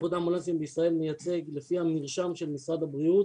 איחוד האמבולנסים בישראל מייצג לפי המרשם של משרד הבריאות,